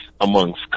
amongst